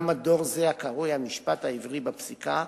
גם מדור זה, הקרוי "המשפט העברי בפסיקה",